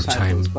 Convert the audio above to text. time